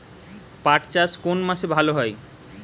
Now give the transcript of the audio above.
পাট চাষ কোন মাসে ভালো হয়?